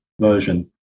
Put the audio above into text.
version